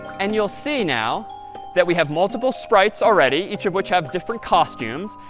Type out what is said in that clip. and you'll see now that we have multiple sprites already, each of which have different costumes,